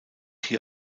hier